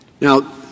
Now